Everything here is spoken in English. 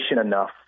enough